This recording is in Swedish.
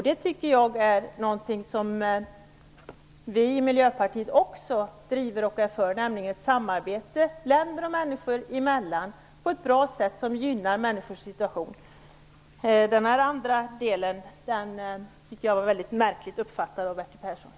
Det är något som vi inom miljöpartiet också är för, nämligen ett samarbete länder och människor emellan på ett sätt som gynnar människors situation. Den andra delen var märkligt uppfattad av Bertil